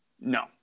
No